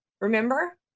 remember